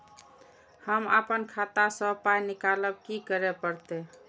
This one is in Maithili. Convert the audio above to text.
हम आपन खाता स पाय निकालब की करे परतै?